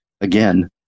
Again